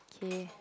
k